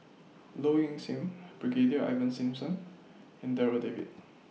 Low Ing Sing Brigadier Ivan Simson and Darryl David